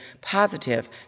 positive